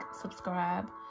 subscribe